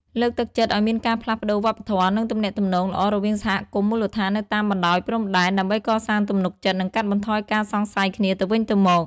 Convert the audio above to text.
លើកទឹកចិត្តឱ្យមានការផ្លាស់ប្តូរវប្បធម៌ និងទំនាក់ទំនងល្អរវាងសហគមន៍មូលដ្ឋាននៅតាមបណ្តោយព្រំដែន ដើម្បីកសាងទំនុកចិត្ត និងកាត់បន្ថយការសង្ស័យគ្នាទៅវិញទៅមក។